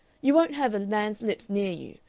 you won't have a man's lips near you,